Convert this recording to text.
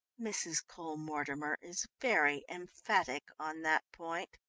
mrs. cole-mortimer is very emphatic on that point.